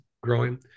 growing